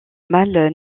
mâles